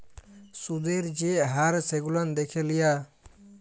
সুদের যে হার সেগুলান দ্যাখে লিয়া